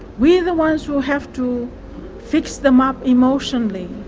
we're the ones who have to fix them up emotionally